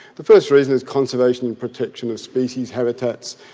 the first reason is conservation and protection of species, habitats,